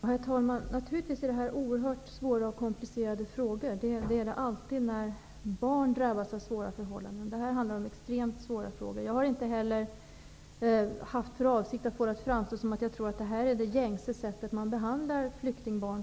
Herr talman! Naturligtvis är det här oerhört svåra och komplicerade frågor. Så är det alltid när barn drabbas av svåra förhållanden. Det här är extremt svåra frågor. Jag har inte haft för avsikt att få det att framstå som att jag tror att flyktingbarn vanligtvis behandlas på det här sättet.